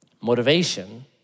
Motivation